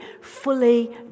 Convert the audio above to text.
fully